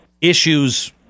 issues